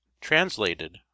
translated